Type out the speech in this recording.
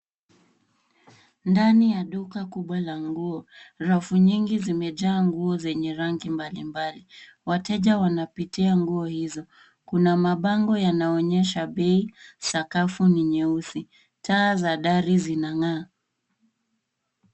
Ndani ya duka kubwa la nguo, rafu nyingi zimejaa nguo zenye rangi mbalimbali. Wateja wanapitia nguo hizo. Kuna mabango yanayoonesha bei. Sakafu ni nyeusi, taa za dari zinang'aa.